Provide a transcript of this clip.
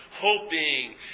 hoping